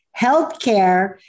healthcare